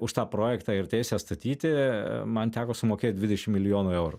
už tą projektą ir teisę statyti man teko sumokėt dvidešim milijonų eurų